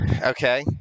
Okay